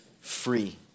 free